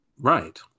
Right